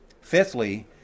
Fifthly